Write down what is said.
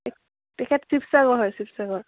তেখেত শিৱসাগৰ হয় শিৱসাগৰ